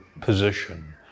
position